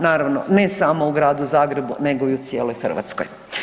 Naravno, ne samo u Gradu Zagrebu nego i u cijeloj Hrvatskoj.